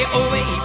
away